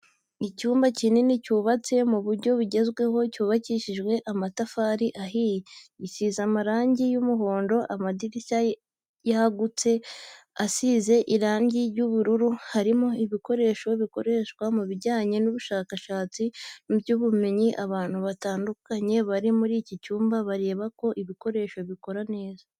Icyumba kinini cyubatse mu buryo bugezweho cyubakishije amatafari ahiye gisize amarangi y'umuhondo, amadirishya yagutse asize irangi ry'ubururu, harimo ibikoresho bikoreshwa mu bijyanye n'ubushakashatsi mu by'ubumenyi, abantu batandukanye bari muri iki cyumba bareba ko ibikoresho bikora neza.